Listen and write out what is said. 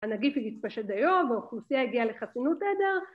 הנגיף התפשט דיו, והאוכלוסייה הגיעה לחסינות עדר